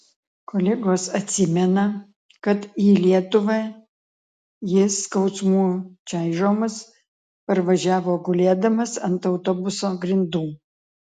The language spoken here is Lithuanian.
kolegos atsimena kad į lietuvą jis skausmų čaižomas parvažiavo gulėdamas ant autobuso grindų